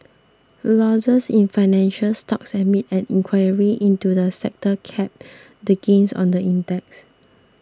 losses in financial stocks amid an inquiry into the sector capped the gains on the index